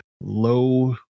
low